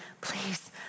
Please